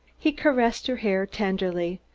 he caressed her hair tenderly,